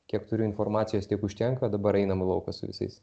kiek turiu informacijos tiek užtenka dabar einae į lauką su visais